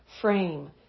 frame